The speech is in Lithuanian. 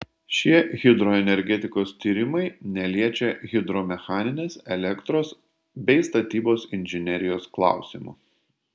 šie hidroenergetikos tyrimai neliečia hidromechaninės elektros bei statybos inžinerijos klausimų